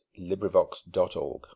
LibriVox.org